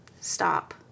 stop